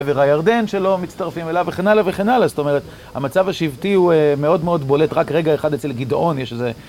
עבר הירדן שלא מצטרפים אליו וכן הלאה וכן הלאה זאת אומרת, המצב השבטי הוא מאוד מאוד בולט רק רגע אחד אצל גדעון יש איזה...